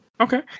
okay